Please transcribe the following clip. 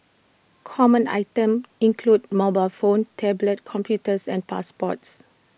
common items include mobile phones tablet computers and passports